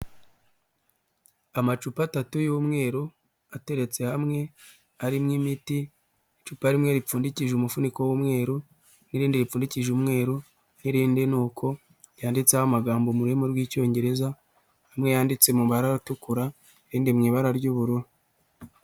Amacupa atatu y'umweru ateretse hamwe arimo imiti icupa rimwe ripfundikishije umufuniko w'umweru n'irindi ripfundikije umweru n'irindi nuko, yanditseho amagambo mu rurimi rw'icyongereza amwe yanditse mu mara atukura irindi mu ibara ry'ubururu.